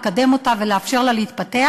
לקדם אותה ולאפשר לה להתפתח,